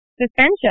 Suspension